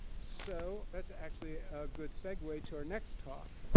so that's actually a good segue to our next talk.